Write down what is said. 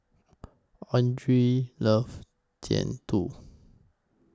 Andrew loves Jian Dui